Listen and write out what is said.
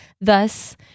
Thus